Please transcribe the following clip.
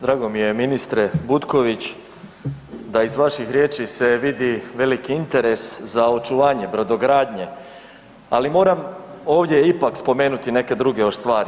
Drago mi je ministre Butković, da iz vaših riječi se vidi veliki interes za očuvanje brodogradnje ali moram ovdje ipak spomenuti neke druge još stvari.